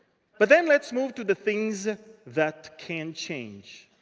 but then let's move to the things that can change.